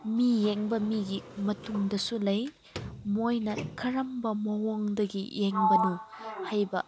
ꯃꯤ ꯌꯦꯡꯕ ꯃꯤꯒꯤ ꯃꯇꯨꯡꯗꯁꯨ ꯂꯩ ꯃꯣꯏꯅ ꯀꯔꯝꯕ ꯃꯑꯣꯡꯗꯒꯤ ꯌꯦꯡꯕꯅꯣ ꯍꯥꯏꯕ